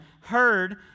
heard